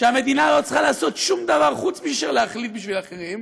שהמדינה לא צריכה לעשות שום דבר חוץ מאשר להחליט בשביל אחרים,